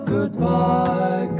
Goodbye